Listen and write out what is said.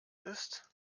ist